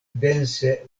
dense